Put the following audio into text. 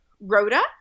Rhoda